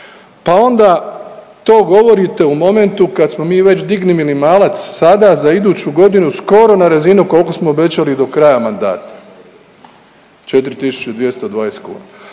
Pa onda to govorite u momentu kad smo mi već digli minimalac sada za iduću godinu skoro na razinu koliko smo obećali do kraja mandata 4.220 kuna,